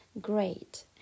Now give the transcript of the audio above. great